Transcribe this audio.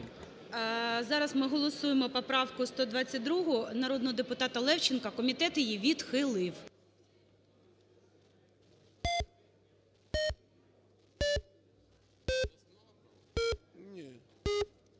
Зараз ми голосуємо поправку 122, народного депутатаЛевченка. Комітет її відхилив.